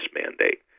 mandate